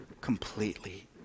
completely